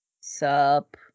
sup